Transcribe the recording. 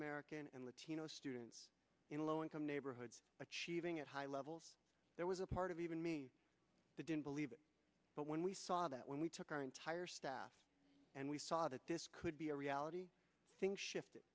american and latino students in low income neighborhoods achieving at high levels there was a part of even me to didn't believe but when we saw that when we took our entire staff and we saw that this could be a reality thing shifted